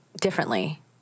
differently